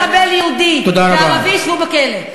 כל מחבל יהודי וערבי ישבו בכלא.